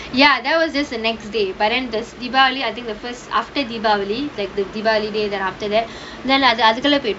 ya there was this the next day but then the siva only I think the first after deepavali like deepavali day then after that then அது அதுக்குள்ள போயிட்டு:athu athukulla poyittu